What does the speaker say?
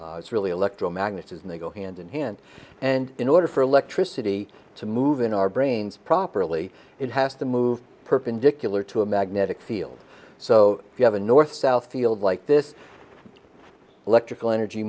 y it's really electromagnets and they go hand in hand and in order for electricity to move in our brains properly it has to move perpendicular to a magnetic field so if you have a north south field like this electrical energy